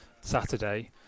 Saturday